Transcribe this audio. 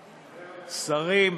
שרים,